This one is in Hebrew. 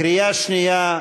בקריאה שנייה,